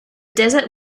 desert